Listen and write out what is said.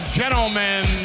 gentlemen